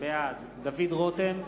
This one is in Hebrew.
בעד דוד רותם,